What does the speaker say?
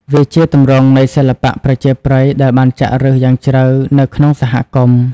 វាជាទម្រង់នៃសិល្បៈប្រជាប្រិយដែលបានចាក់ឫសយ៉ាងជ្រៅនៅក្នុងសហគមន៍។